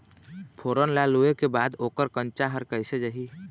फोरन ला लुए के बाद ओकर कंनचा हर कैसे जाही?